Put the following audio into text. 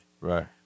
Right